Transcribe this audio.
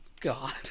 God